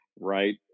right